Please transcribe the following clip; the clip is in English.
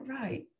right